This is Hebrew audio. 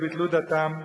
וביטלו דתם,